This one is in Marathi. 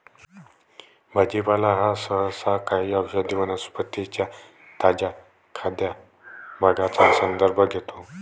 भाजीपाला हा सहसा काही औषधी वनस्पतीं च्या ताज्या खाद्य भागांचा संदर्भ घेतो